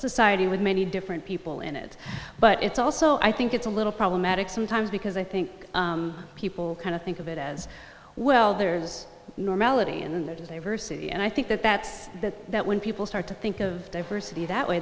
society with many different people in it but it's also i think it's a little problematic sometimes because i think people kind of think of it as well there's normality and then there's a verse and i think that that's that that when people start to think of diversity